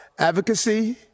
Advocacy